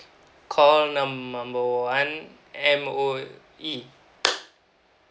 call number one M_O_E